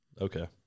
Okay